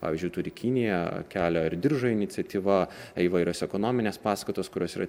pavyzdžiui turi kinija kelio ir diržo iniciatyva įvairios ekonominės paskatos kurios yra